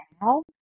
now